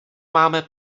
máme